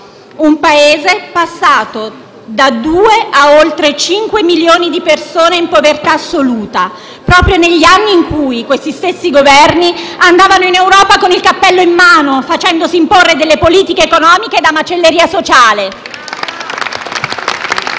un Paese passato da due a oltre cinque milioni di persone in povertà assoluta, proprio negli anni in cui questi stessi Governi andavano in Europa con il cappello in mano, facendosi imporre delle politiche economiche da macelleria sociale. *(Applausi